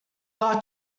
got